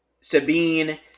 Sabine